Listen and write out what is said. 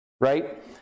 right